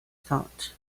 thought